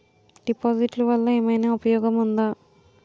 డిపాజిట్లు వల్ల ఏమైనా ఉపయోగం ఉందా?